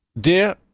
Dear